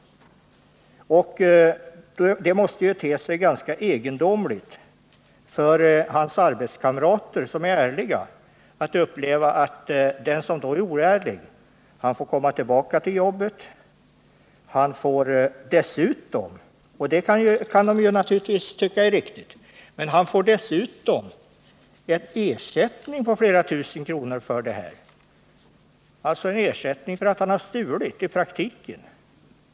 Det måste te sig ganska egendomligt för hans arbetskamrater, som är ärliga, när de får uppleva att den som är oärlig får komma tillbaka till jobbet — det kan de naturligtvis tycka är riktigt — och dessutom får en ersättning på flera tusen kronor. Det blir alltså i praktiken en ersättning för att han stulit.